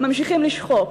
ממשיכים לשחוק,